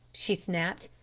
she snapped,